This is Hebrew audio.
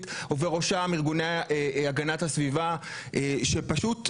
ובראשם ארגוני הגנת הסביבה שפשוט זועקים,